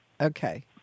Okay